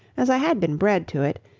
as i had been bred to it,